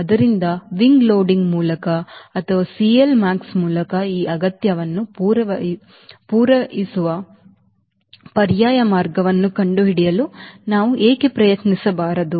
ಆದ್ದರಿಂದ wing loading ಮೂಲಕ ಅಥವಾ CLma ಮೂಲಕ ಈ ಅಗತ್ಯವನ್ನು ಪೂರೈಸುವ ಪರ್ಯಾಯ ಮಾರ್ಗವನ್ನು ಕಂಡುಹಿಡಿಯಲು ನಾವು ಏಕೆ ಪ್ರಯತ್ನಿಸಬಾರದು